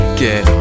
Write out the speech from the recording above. get